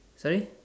sorry